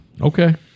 Okay